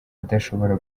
adashobora